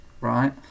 right